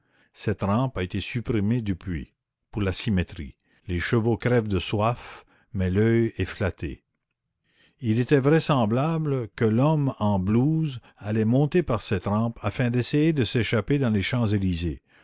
cette rampe a été supprimée depuis pour la symétrie les chevaux crèvent de soif mais l'oeil est flatté il était vraisemblable que l'homme en blouse allait monter par cette rampe afin d'essayer de s'échapper dans les